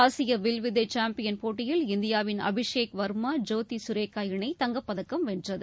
ஆசிய வில்வித்தை சாம்பியன் போட்டியில் இந்தியாவின் அபிஷேக் வர்மா ஜோதி சுரேகா இணை தங்கப்பதக்கம் வென்றது